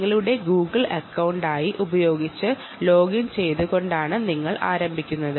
നിങ്ങളുടെ Google account ഉപയോഗിച്ച് login ചെയ്തുകൊണ്ടാണ് നിങ്ങൾ ഇത് ആരംഭിക്കുന്നത്